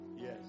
Yes